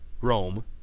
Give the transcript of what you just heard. Rome